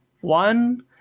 one